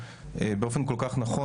באופן כל כך נכון,